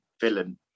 villain